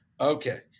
Okay